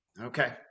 Okay